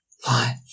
Fine